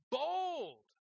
bold